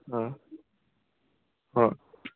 হ্যাঁ হ্যাঁ